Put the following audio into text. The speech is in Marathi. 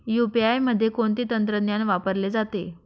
यू.पी.आय मध्ये कोणते तंत्रज्ञान वापरले जाते?